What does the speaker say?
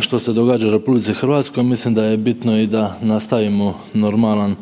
što se događa u RH, mislim da je bitno i da nastavimo normalan